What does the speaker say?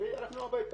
והלכנו הביתה.